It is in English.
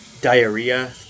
diarrhea